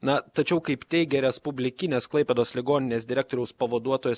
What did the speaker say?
na tačiau kaip teigia respublikinės klaipėdos ligoninės direktoriaus pavaduotojas